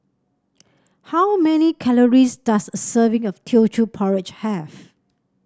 how many calories does a serving of Teochew Porridge have